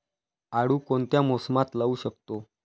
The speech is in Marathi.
आळू कोणत्या मोसमात लावू शकतो?